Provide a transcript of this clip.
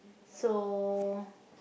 so